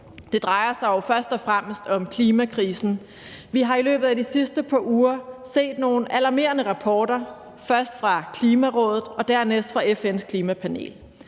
Det drejer sig jo først og fremmest om klimakrisen. Vi har i løbet af de sidste par uger set nogle alarmerende rapporter, først fra Klimarådet og dernæst fra FN's Klimapanel,